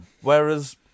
whereas